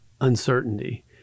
uncertainty